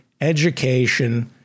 education